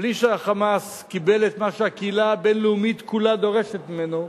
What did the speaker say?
בלי שה"חמאס" קיבל את מה שהקהילה הבין-לאומית כולה דורשת ממנו,